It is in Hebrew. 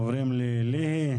עוברים לליהי.